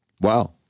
Wow